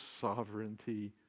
sovereignty